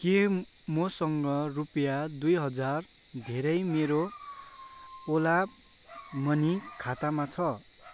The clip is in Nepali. के मसँग रुपियाँ दुई हजार धेरै मेरो ओला मनी खातामा छ